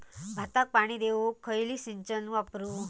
भाताक पाणी देऊक खयली सिंचन वापरू?